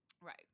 Right